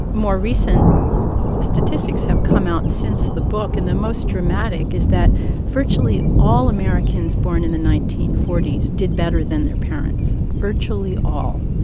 more recent statistics have come out since the book. and the most dramatic is that virtually all americans born in the nineteen forty s did better than their parents virtually all.